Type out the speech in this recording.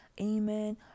amen